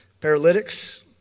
paralytics